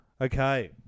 okay